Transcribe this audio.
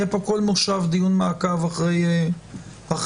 יהיה פה בכל מושב דיון מעקב אחרי החוק,